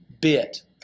bit